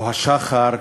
או השחר,